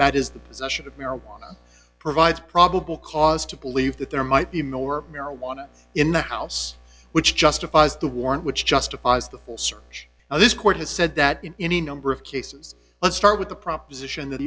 that is the possession of marijuana provides probable cause to believe that there might be more marijuana in the house which justifies the warrant which justifies the full search and this court has said that in any number of cases let's start with the proposition that